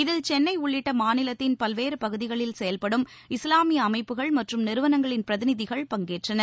இதில் சென்னை உள்ளிட்ட மாநிலத்தின் பல்வேறு பகுதிகளில் செயல்படும் இஸ்லாமிய அமைப்புகள் மற்றும் நிறுவனங்களின் பிரதிநிதிகள் பங்கேற்றனர்